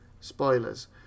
spoilers